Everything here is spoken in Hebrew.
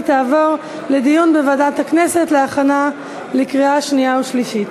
והיא תעבור לדיון בוועדת הכנסת להכנה לקריאה שנייה ושלישית.